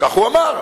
כך הוא אמר.